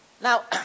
Now